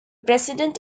president